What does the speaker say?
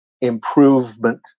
improvement